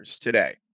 today